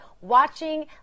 watching